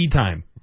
time